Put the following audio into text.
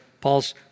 Paul's